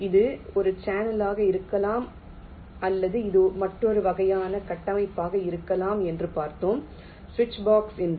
இது ஒரு சேனலாக இருக்கலாம் அல்லது இது மற்றொரு வகையான கட்டமைப்பாக இருக்கலாம் என்று பார்ப்போம் சுவிட்ச் பாக்ஸ் என்று